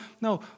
no